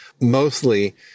mostly